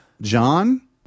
John